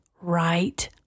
right